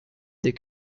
des